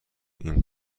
این